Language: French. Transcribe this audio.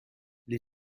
les